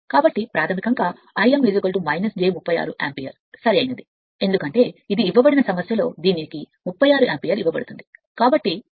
కాబట్టి ప్రాథమికంగా Im j 36 ampere సరైనది ఎందుకంటే ఇది ఇవ్వబడిన సమస్యలో దీనికి 36 యాంపియర్ ఇవ్వబడుతుంది